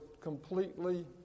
completely